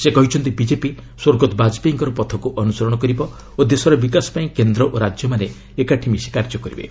ସେ କହିଛନ୍ତି ବିଜେପି ସ୍ୱର୍ଗତ ବାଜପେୟୀଙ୍କର ପଥକୁ ଅନୁସରଣ କରିବ ଓ ଦେଶର ବିକାଶ ପାଇଁ କେନ୍ଦ୍ର ଓ ରାଜ୍ୟମାନେ ଏକାଠି ମିଶି କାର୍ଯ୍ୟ କରିବେ